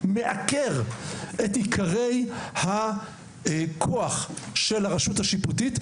מעקר את עיקרי הכוח של הרשות השופטת,